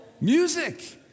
music